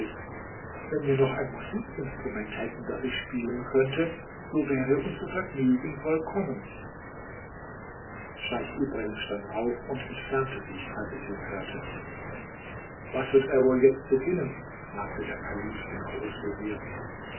wenn wir noch ein musikinstrument hätten das ich spielen könnte so wäre unser vergnügen vollkommen scheich ibrahim stand auf und entfernte sich als er dies hörte was wird er wohl jetzt beginnen fragte der kalif den